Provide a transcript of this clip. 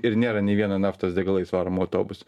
ir nėra nei vieno naftos degalais varomo autobuso